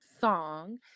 song